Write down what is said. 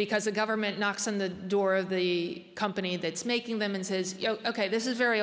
because the government knocks on the door of the company that's making them and says ok this is very